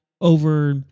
over